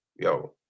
yo